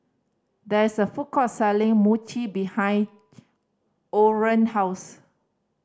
there is a food court selling Mochi behind Orren house